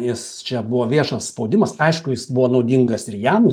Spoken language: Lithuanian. jis čia buvo viešas spaudimas aišku jis buvo naudingas ir jam